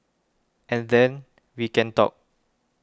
and then we can talk